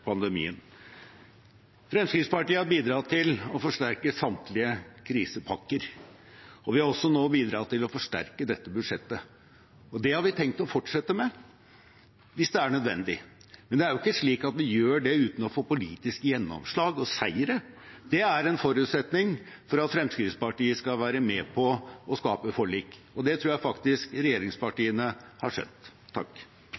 pandemien. Fremskrittspartiet har bidratt til å forsterke samtlige krisepakker, og nå har vi også bidratt til å forsterke dette budsjettet. Det har vi tenkt å fortsette med hvis det er nødvendig, men det er jo ikke slik at vi gjør det uten å få politiske gjennomslag og seire. Det er en forutsetning for at Fremskrittspartiet skal være med på å skape forlik, og det tror jeg faktisk